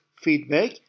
feedback